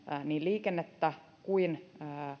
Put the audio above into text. niin liikennettä kuin